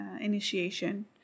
initiation